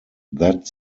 that